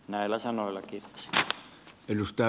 näillä sanoilla kiitoksia